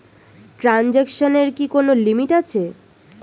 ট্রানজেকশনের কি কোন লিমিট আছে?